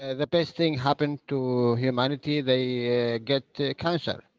the best thing happened to humanity, they get cancer.